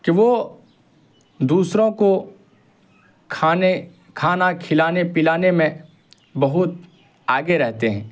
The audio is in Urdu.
کہ وہ دوسروں کو کھانے کھانا کھلانے پلانے میں بہت آگے رہتے ہیں